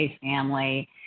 family